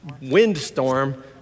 windstorm